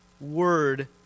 word